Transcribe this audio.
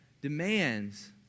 demands